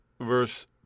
Verse